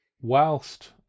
whilst